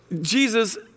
Jesus